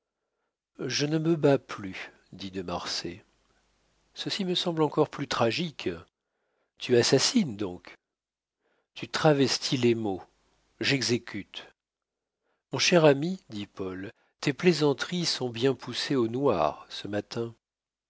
je ne me bats plus dit de marsay ceci me semble encore plus tragique tu assassines donc tu travestis les mots j'exécute mon cher ami dit paul tes plaisanteries sont bien poussées au noir ce matin